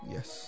Yes